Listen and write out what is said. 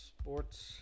Sports